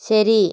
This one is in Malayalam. ശരി